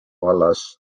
vallas